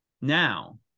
now